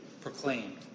proclaimed